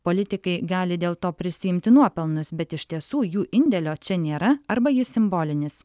politikai gali dėl to prisiimti nuopelnus bet iš tiesų jų indėlio čia nėra arba jis simbolinis